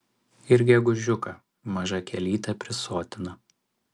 ir gegužiuką maža kielytė prisotina